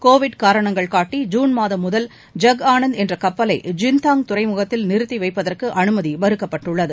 Covid காரணங்கள் காட்டி ஜூன் மாதம் முதல் ஜக் ஆனந்த் என்ற கப்பல் ஜின்தாங் துறைமுகத்தில் நிறுத்தி வைப்பதற்கு அனுமதி மறுக்கப்பட்டுள்ளது